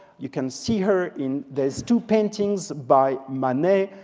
you can see her in those two paintings by manet.